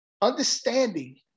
Understanding